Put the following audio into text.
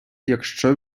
якщо